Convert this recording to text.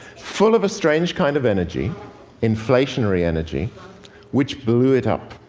full of a strange kind of energy inflationary energy which blew it up.